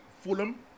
Fulham